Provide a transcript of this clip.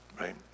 right